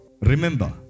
Remember